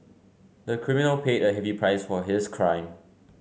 the criminal paid a heavy price for his crime